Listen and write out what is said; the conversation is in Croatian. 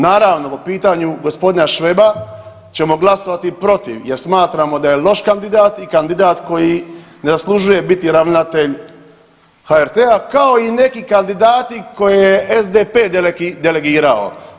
Naravno po pitanju g. Šveba ćemo glasovati protiv jer smatramo da je loš kandidat i kandidat koji ne zaslužuje biti ravnatelj HRT-a, kao i neki kandidati koje je SDP delegirao.